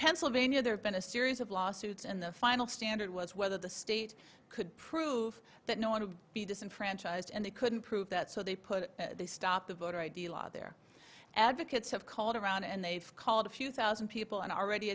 pennsylvania there's been a series of lawsuits in the final standard was whether the state could prove that no one would be disenfranchised and they couldn't prove that so they put a stop the voter id law their advocates have called around and they've called a few thousand people and already